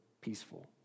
peaceful